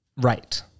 Right